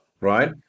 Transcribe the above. Right